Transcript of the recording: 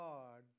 God